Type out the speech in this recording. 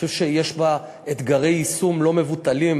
אני חושב שיש בה אתגרי יישום לא מבוטלים,